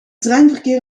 treinverkeer